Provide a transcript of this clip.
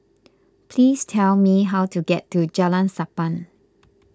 please tell me how to get to Jalan Sappan